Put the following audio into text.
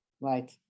Right